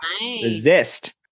resist